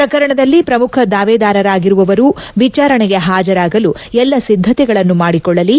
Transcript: ಪ್ರಕರಣದಲ್ಲಿ ಪ್ರಮುಖ ದಾವೆದಾರರಾಗಿರುವವರು ವಿಚಾರಣೆಗೆ ಪಾಜರಾಗಲು ಎಲ್ಲ ಸಿದ್ಧತೆಗಳನ್ನು ಮಾಡಿಕೊಳ್ಳಲಿ